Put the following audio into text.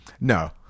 No